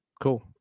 Cool